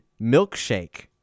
milkshake